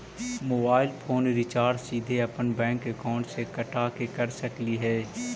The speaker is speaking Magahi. मोबाईल फोन रिचार्ज सीधे अपन बैंक अकाउंट से कटा के कर सकली ही?